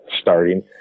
starting